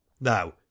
Now